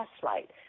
flashlight